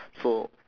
so